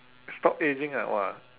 stop aging ah !wah!